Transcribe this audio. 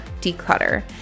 declutter